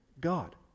god